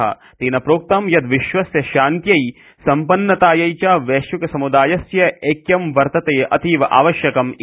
प्रधानमन्त्रिणा प्रोक्तं यत् विश्वस्य शान्त्यै सम्पन्नतायै च वैश्विकसमुदायस्य ऐक्यं वर्तते अतीव आवश्यकम् इति